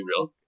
real